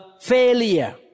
Failure